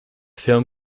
film